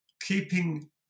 keeping